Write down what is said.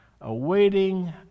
awaiting